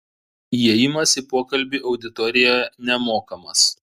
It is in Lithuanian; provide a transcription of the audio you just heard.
įėjimas į pokalbį auditorijoje nemokamas